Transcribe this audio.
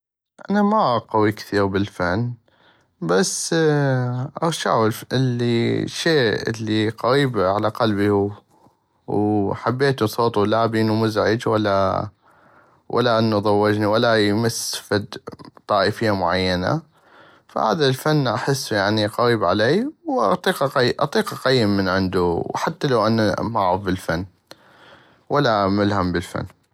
انا ما قوي كثيغ بل الفن بس اغشعو الي الشي الي قغيب على قلبي ووحبيتو صوتو لا بينو مزعج ولا ولا انو ضوجني ولا يمس فد طائفية معينة فهذا الفن احسو قغيب علي واطيق اطيق اقيم من عندو وحتى لو انا معغف بل الفن ولا ملهم بل الفن.